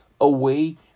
away